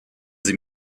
sie